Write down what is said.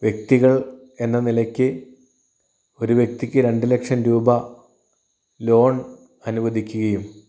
വ്യക്തികൾ എന്ന നിലയ്ക്ക് ഒരു വ്യക്തിക്ക് രണ്ട് ലക്ഷം രൂപ ലോൺ അനുവദിക്കുകയും